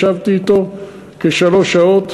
ישבתי אתו כשלוש שעות.